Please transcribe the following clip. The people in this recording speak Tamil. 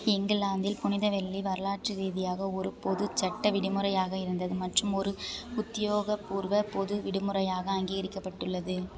இங்கிலாந்தில் புனித வெள்ளி வரலாற்று ரீதியாக ஒரு பொது சட்ட விடுமுறையாக இருந்தது மற்றும் ஒரு உத்தியோகபூர்வ பொது விடுமுறையாக அங்கீகரிக்கப்பட்டுள்ளது